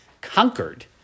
conquered